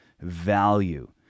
value